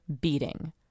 beating